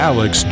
Alex